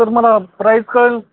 sir मला price कळेल